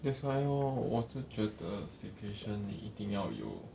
that's why lor 我是觉得 staycation 要有